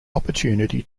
opportunity